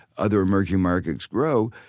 other emerging markets grow.